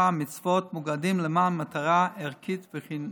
ומצוות מאוגדים למען מטרה ערכית וחינוכית?